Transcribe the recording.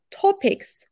topics